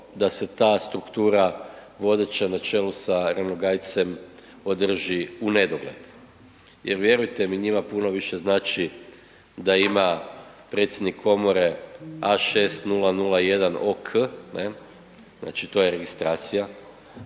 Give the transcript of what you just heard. da se ta struktura vodeća na čelu sa Ranogajcem održi u nedogled. Jer vjerujte mi njima puno više znači da ima predsjednik komore A6 001 OK ne, znači to je registracija,